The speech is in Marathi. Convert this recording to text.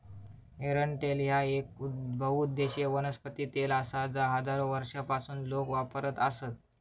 एरंडेल तेल ह्या येक बहुउद्देशीय वनस्पती तेल आसा जा हजारो वर्षांपासून लोक वापरत आसत